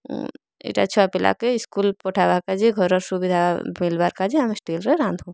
ଏଇଟା ଛୁଆ ପିଲାକେ ଇସ୍କୁଲ୍ ପଠାବାକେ ଯେ ଘରର ସୁବିଧା ମିଲବାର୍ କା ଯେ ଆମେ ଷ୍ଟିଲ୍ରେ ରାନ୍ଧୁ